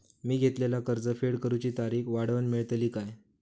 मी घेतलाला कर्ज फेड करूची तारिक वाढवन मेलतली काय?